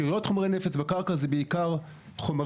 שאריות חומרי נפץ בקרקע זה בעיקר חומרים